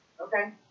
Okay